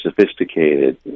sophisticated